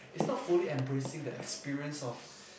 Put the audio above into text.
is not fully embracing the experience of